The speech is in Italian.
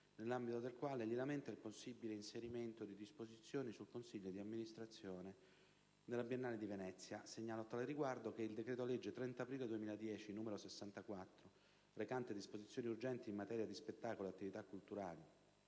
nell'ambito del quale egli lamenta il possibile inserimento di disposizioni sul consiglio di amministrazione della Biennale di Venezia. Segnalo a tale riguardo che il decreto legge 30 aprile 2010, n. 64, recante disposizioni urgenti in materia di spettacolo e attività culturali,